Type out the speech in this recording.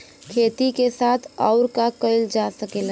खेती के साथ अउर का कइल जा सकेला?